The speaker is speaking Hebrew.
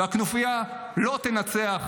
והכנופיה לא תנצח,